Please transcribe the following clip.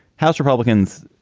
house republicans.